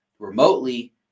remotely